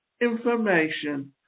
information